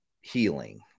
healing